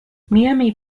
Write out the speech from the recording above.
miami